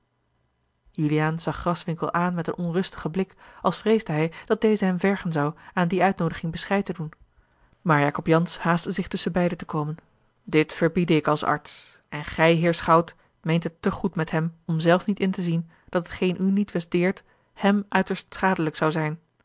juliaan zag graswinckel aan met een onrustigen blik als vreesde hij dat deze hem vergen zou aan die uitnoodiging bescheid te doen maar jacob jansz haastte zich tusschenbeide te komen dit verbiede ik als arts en gij heer schout meent het te goed met hem om zelf niet in te zien dat hetgeen u nietwes deert hem uiterst schadelijk zou zijn